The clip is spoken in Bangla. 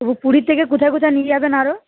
পুরীর থেকে কোথায় কোথায় নিয়ে যাবেন আরও